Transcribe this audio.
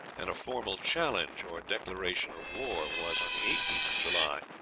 and a formal challenge or declaration of war was, on the eighteenth of july,